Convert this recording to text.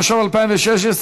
התשע"ו 2016,